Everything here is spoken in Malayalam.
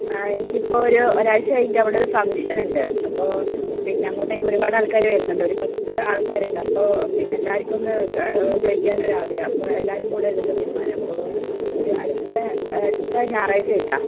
ആ എനിക്ക് ഇപ്പോൾ ഒരു ഒരാഴ്ച്ച കഴിഞ്ഞിട്ട് അവിടെ ഒരു ഫംഗ്ഷൻ ഉണ്ട് അപ്പോൾ പിന്നെ അങ്ങോട്ടേക്ക് ഒരുപാട് ആൾക്കാർ വരുന്നുണ്ട് ഒരു ബസ്സ് ആൾക്കാർ ഉണ്ട് അപ്പോൾ പിന്നെ എല്ലാവർക്കുമൊന്ന് കഴിക്കാൻ ഒരാഗ്രഹം അപ്പോൾ എല്ലാവരും കൂടി എടുത്ത തീരുമാനമാണ് അപ്പോൾ ഒരു അടുത്ത അടുത്ത ഞായറാഴ്ച്ച ആയിട്ടാണ്